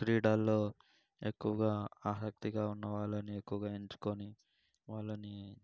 క్రీడల్లో ఎక్కువుగా ఆసక్తిగా ఉన్నవాళ్ళని ఎక్కువుగా ఎంచుకుని వాళ్ళని